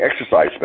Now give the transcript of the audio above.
exercise